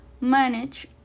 manage